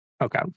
Okay